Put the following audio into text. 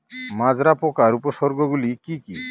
মাজরা পোকার উপসর্গগুলি কি কি?